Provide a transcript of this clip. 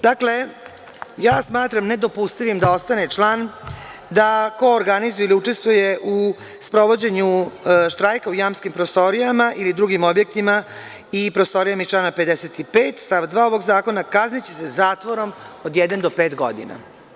Dakle, ja smatram nedopustivim da ostane član da ko organizuje ili učestvuje u sprovođenju štrajka u jamskim prostorijama ili drugim objektima i prostorijama iz člana 55. stav 2. ovog zakona kazniće se zatvorom od jedne do pet godina.